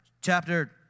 Chapter